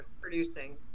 producing